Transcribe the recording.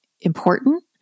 important